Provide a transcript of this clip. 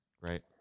right